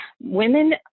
women